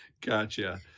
Gotcha